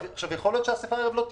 יכול להיות שהאסיפה הערב לא תתקיים,